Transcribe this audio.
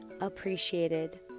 appreciated